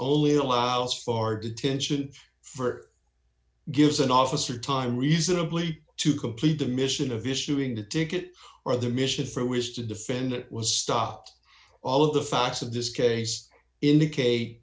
only allows far detention for gives an officer time reasonably to complete the mission of issuing a ticket or the mission for wish to defendant was stopped all of the facts of this case indicate